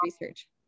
research